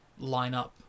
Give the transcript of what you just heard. lineup